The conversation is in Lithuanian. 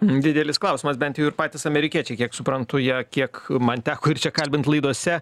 didelis klausimas bent jų ir patys amerikiečiai kiek suprantu jie kiek man teko ir čia kalbint laidose